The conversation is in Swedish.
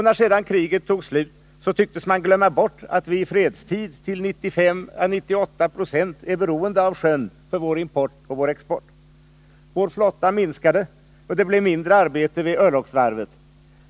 När sedan kriget tog slut tycktes man glömma bort att vi i fredstid till 95-98 96 är beroende av sjön för vår import och export. Vår flotta minskade, och det blev mindre arbete vid örlogsvarvet.